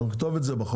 אנחנו נכתוב את זה בחוק,